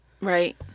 Right